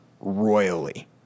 royally